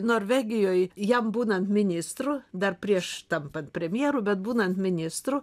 norvegijoj jam būnant ministru dar prieš tampant premjeru bet būnan ministru